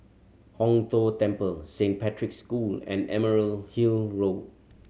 Hong Tho Temple Saint Patrick's School and Emerald Hill Road